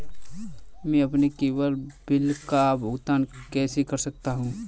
मैं अपने केवल बिल का भुगतान कैसे कर सकता हूँ?